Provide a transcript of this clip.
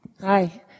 hi